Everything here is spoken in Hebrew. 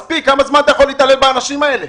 מספיק, כמה זמן אתה יכול להתעלל באנשים האלה?